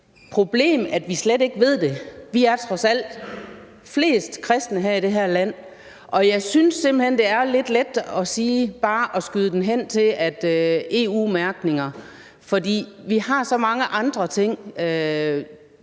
problem, at vi slet ikke ved det. Vi er trods alt flest kristne i det her land, og jeg synes simpelt hen, det er lidt let bare at skyde det hen til EU-mærkning. For vi har så mange andre ting,